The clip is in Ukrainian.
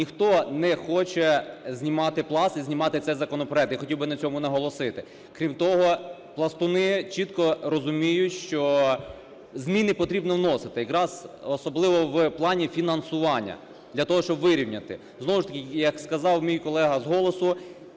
ніхто не хоче знімати Пласт і знімати цей законопроект, я хотів би на цьому наголосити. Крім того, пластуни чітко розуміють, що зміни потрібно вносити, якраз особливо в плані фінансування, для того, щоб вирівняти. Знову ж таки, як сказав мій колега з "Голосу",